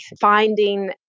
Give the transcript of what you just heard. finding